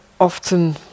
often